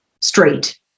straight